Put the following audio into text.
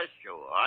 sure